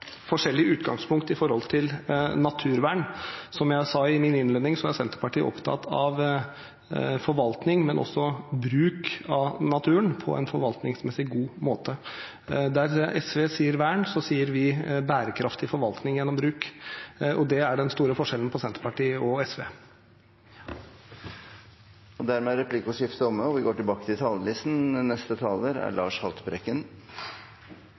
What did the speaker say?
forskjellig utgangspunkt når det gjelder naturvern. Som jeg sa i min innledning, er Senterpartiet opptatt av forvaltning, men også av bruk av naturen på en forvaltningsmessig god måte. Der SV sier vern, sier vi bærekraftig forvaltning gjennom bruk. Det er den store forskjellen på Senterpartiet og SV. Replikkordskiftet er over. Siden jeg ble født, er verdens bestander av ville dyr nær halvert. Vi